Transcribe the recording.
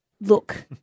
Look